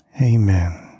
Amen